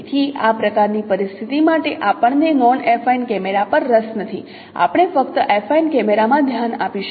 તેથી આ પ્રકારની પરિસ્થિતિ માટે આપણને નોન એફાઇન કેમેરા પર રસ નથી આપણે ફક્ત એફાઇન કેમેરામાં ધ્યાન આપીશું